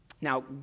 Now